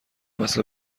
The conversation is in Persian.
مثل